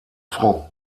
fromm